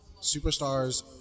superstars